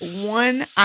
one